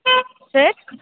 sir